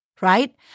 right